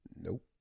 Nope